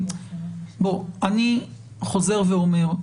אני חוזר ואומר,